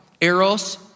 Eros